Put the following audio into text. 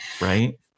Right